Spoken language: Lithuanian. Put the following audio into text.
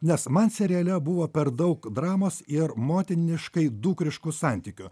nes man seriale buvo per daug dramos ir motiniškai dukriškų santykių